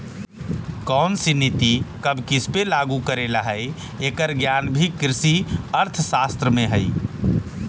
कौनसी नीति कब किसपे लागू करे ला हई, एकर ज्ञान भी कृषि अर्थशास्त्र में हई